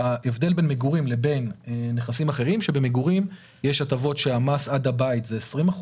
ההבדל בין מגורים לבין נכסים אחרים זה שבמגורים המס עד הבית הוא 20%,